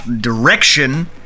direction